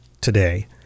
today